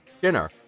dinner